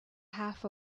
half